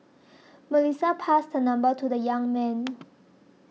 Melissa passed her number to the young man